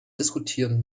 diskutieren